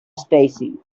stacey